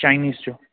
Chinese जो